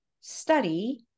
study